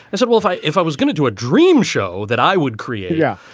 and but well, if i if i was gonna do a dream show that i would create. yeah,